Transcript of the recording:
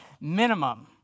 minimum